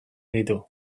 ditu